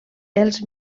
els